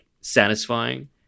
satisfying